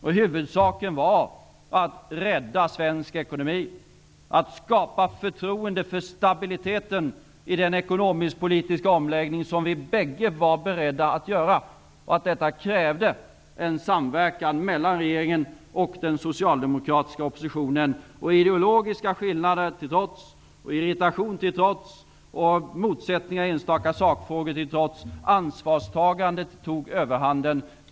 Och huvudsaken var att rädda svensk ekonomi och att skapa förtroende för stabiliteten i den ekonomisk-politiska omläggning som vi bägge var beredda att göra. Detta krävde en samverkan mellan regeringen och den socialdemokratiska oppositionen. Ideologiska skillnader till trots, irritation till trots och motsättningar och enstaka sakfrågor till trots tog ansvarstagandet överhanden.